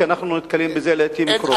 כי אנחנו נתקלים בזה לעתים קרובות.